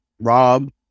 Rob